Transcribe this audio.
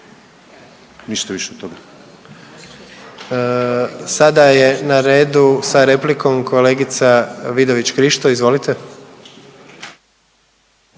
Gordan (HDZ)** Sada je na redu sa replikom kolegica Vidović Krišto, izvolite.